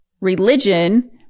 religion